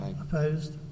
Opposed